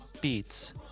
beats